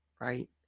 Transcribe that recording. right